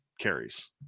carries